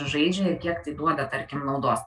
žaidžia ir kiek tai duoda tarkim naudos